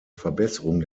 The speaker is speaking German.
verbesserung